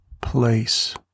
place